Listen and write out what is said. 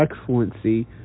excellency